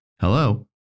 Hello